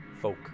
Folk